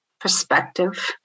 perspective